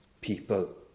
people